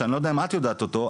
שאני לא יודע אם את יודעת אותו,